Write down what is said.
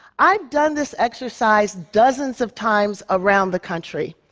i've done this exercise dozens of times around the country.